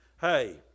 hey